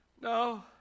no